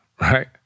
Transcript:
right